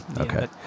Okay